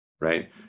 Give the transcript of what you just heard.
right